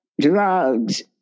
drugs